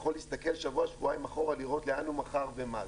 יכול להסתכל שבוע-שבועיים אחורה ולראות לאן הוא מכר ומה.